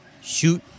shoot